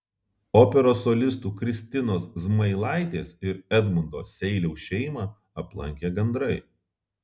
operos solistų kristinos zmailaitės ir edmundo seiliaus šeimą aplankė gandrai